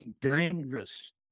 dangerous